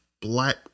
black